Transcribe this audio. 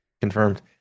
Confirmed